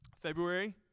February